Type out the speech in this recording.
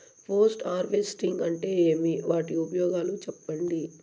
Post harvesting అంటే ఏమి? వాటి ఉపయోగాలు చెప్పండి?